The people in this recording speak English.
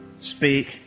speak